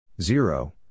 zero